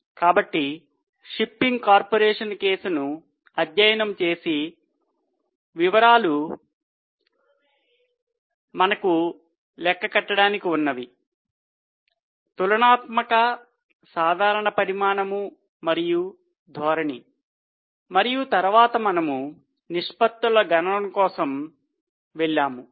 కాబట్టి shipping corporation కేసును అధ్యయనం చేసే వివరాలు మనకు లెక్క కట్టడానికి ఉన్నవి తులనాత్మక సాధారణ పరిమాణం మరియు ధోరణి మరియు తరువాత మనము నిష్పత్తుల గణన కోసం వెళ్ళాము